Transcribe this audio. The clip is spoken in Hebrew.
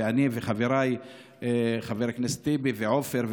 ואני וחבריי חבר הכנסת טיבי ועופר,